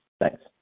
Thanks